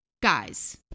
guys